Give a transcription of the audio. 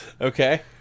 Okay